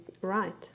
right